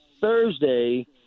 Thursday